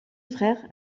frère